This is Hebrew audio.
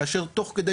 כאשר תוך כדי,